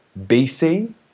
BC